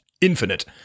infinite